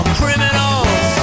criminals